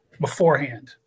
beforehand